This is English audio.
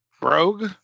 Brogue